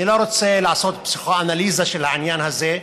אני לא רוצה לעשות פסיכואנליזה של העניין הזה,